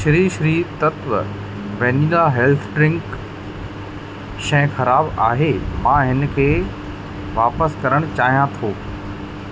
Shri Shri Tattva vanilla health drink शइ ख़राबु आहे मां हिन खे वापसि करणु चाहियां थो